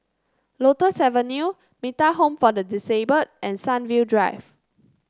Lotus Avenue Metta Home for the Disabled and Sunview Drive